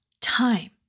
time